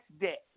debt